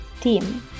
team